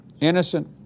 innocent